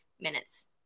minutes